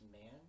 man